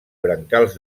brancals